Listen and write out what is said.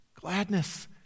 gladness